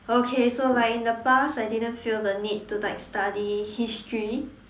okay so like in the past I didn't feel the need to like study history